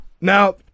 Now